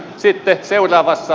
siitä seuraavasta